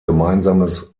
gemeinsames